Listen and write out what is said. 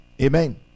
Amen